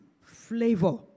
flavor